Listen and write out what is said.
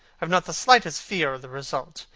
have not the slightest fear of the result.